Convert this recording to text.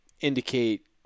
indicate